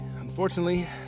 unfortunately